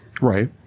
Right